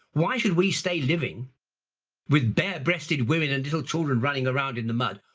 why should we stay living with bare breasted women and little children running around in the mud?